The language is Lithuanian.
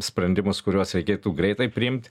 sprendimus kuriuos reikėtų greitai priimt